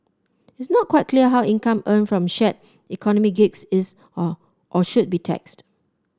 it's not quite clear how income earned from shared economy gigs is or or should be taxed